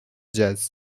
jazz